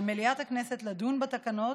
על מליאת הכנסת לדון בתקנות